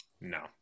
No